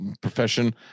profession